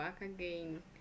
again